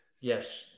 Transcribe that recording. Yes